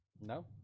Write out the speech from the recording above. No